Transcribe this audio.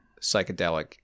psychedelic